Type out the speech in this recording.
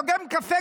לוגם קפה,